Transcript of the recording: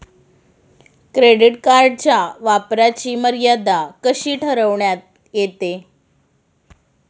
Credit कार्डच्या वापराची मर्यादा कशी ठरविण्यात येते?